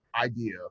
idea